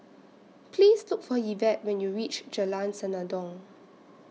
Please Look For Yvette when YOU REACH Jalan Senandong